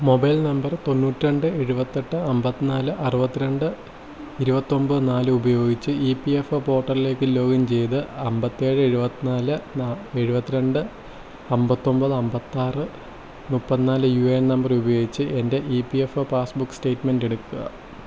mobile number തൊണ്ണൂറ്റിരണ്ട് ഏഴുപത്തിയെട്ട് അമ്പത്തിനാല് അറുവത്തിരണ്ട് ഇരുപത്തി ഒന്പത് നാല് ഉപയോഗിച്ച് ഇ പി എഫ് ഒ പോർട്ടലിലേക്ക് ലോഗിൻ ചെയ്ത് അമ്പത്തിയേഴ് എഴുപത്തിനാല് എഴുപത്തിരണ്ട് അമ്പത്തി ഒമ്പത് അമ്പത്തിയാറ് മുപ്പത്തിനാല് യു എ എൻ നമ്പർ ഉപയോഗിച്ച് എൻ്റെ E P F O passbook statement എടുക്കുക